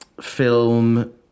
Film